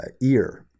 ear